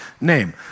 name